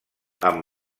amb